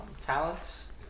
talents